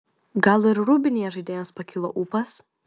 gal ir rūbinėje žaidėjams pakilo ūpas